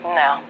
no